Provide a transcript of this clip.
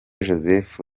joseph